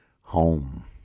home